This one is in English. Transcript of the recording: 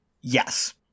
Yes